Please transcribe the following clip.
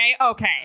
Okay